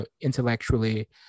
Intellectually